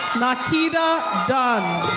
nakida dunn.